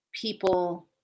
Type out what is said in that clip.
people